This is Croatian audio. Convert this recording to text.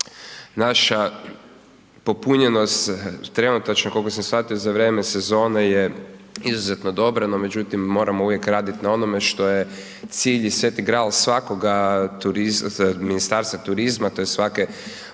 Naša popunjenost trenutačno, koliko sam shvatio za vrijeme sezone je izuzetno dobra, no međutim moramo uvijek raditi na onome što je cilj i sveti gral svakoga turizma, Ministarstva turizma, tj. svake